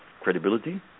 credibility